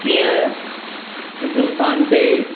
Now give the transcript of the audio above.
कीअं हिंदुस्तान ते